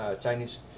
Chinese